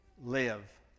Live